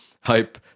Hype